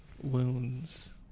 wounds